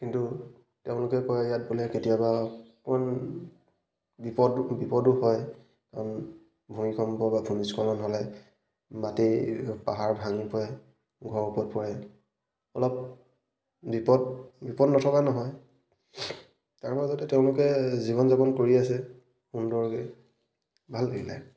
কিন্তু তেওঁলোকে কয় ইয়াত বোলে কেতিয়াবা অকণমান বিপদ বিপদো হয় কাৰণ ভূমিকম্প বা ভূমিস্খলন হ'লে মাটিৰ পাহাৰ ভাঙি পৰে ঘৰৰ ওপৰত পৰে অলপ বিপদ বিপদ নথকা নহয় তাৰ মাজতে তেওঁলোকে জীৱন যাপন কৰি আছে সুন্দৰকৈ ভাল লাগিলে